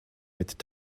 mit